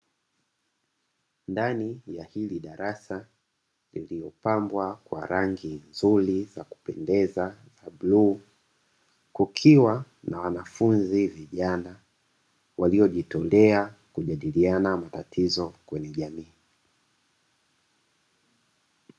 Ndani ya hili darasa lililo pambwa kwa rangi nzuri za kupendeza za bluu, kukiwa na wanafunzi vijana walio jitolea kujadiliana matatizo kwenye jamii.